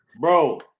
Bro